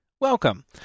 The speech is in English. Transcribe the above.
Welcome